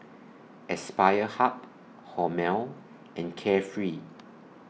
Aspire Hub Hormel and Carefree